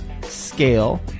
scale